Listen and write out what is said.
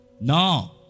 No